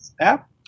app